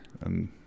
And-